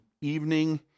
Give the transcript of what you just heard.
evening